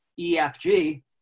EFG